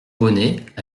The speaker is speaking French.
bonnet